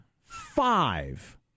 five